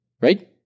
right